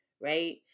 right